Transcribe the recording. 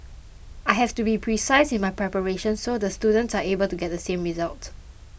I have to be precise in my preparations so the students are able to get the same results